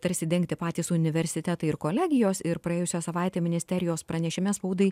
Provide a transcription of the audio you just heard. tarsi dengti patys universitetai ir kolegijos ir praėjusią savaitę ministerijos pranešime spaudai